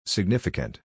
Significant